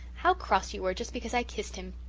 how cross you were just because i kissed him!